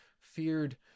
feared